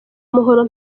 umuhoro